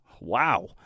wow